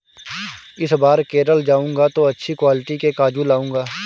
इस बार केरल जाऊंगा तो अच्छी क्वालिटी के काजू लाऊंगा